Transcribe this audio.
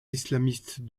islamistes